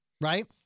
Right